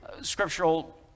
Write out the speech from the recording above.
scriptural